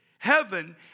Heaven